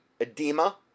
edema